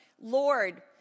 Lord